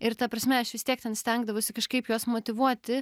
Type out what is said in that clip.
ir ta prasme aš vis tiek ten stengdavausi kažkaip juos motyvuoti